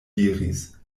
diris